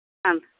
ಹಾಂ